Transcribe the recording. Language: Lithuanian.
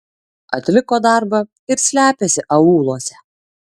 atliko darbą ir slepiasi aūluose